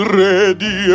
ready